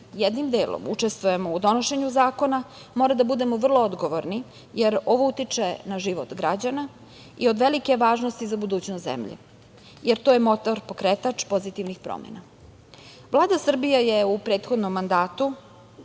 jednim delom, učestvujemo u donošenju zakona moramo biti vrlo odgovorni, jer ovo utiče na život građana i od velike je važnosti za budućnost zemlje, jer to je motor, pokretač pozitivnih promena. Vlada Srbije je u prethodnom mandatu,